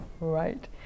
Right